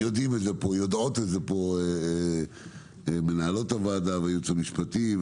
יודעות את זה פה מנהלות הוועדה והייעוץ המשפטי.